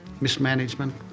mismanagement